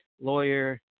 lawyer